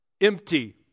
empty